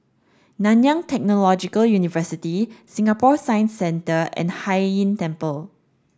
Nanyang Technological University Singapore Science Centre and Hai Inn Temple